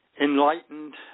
enlightened